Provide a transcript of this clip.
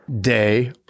day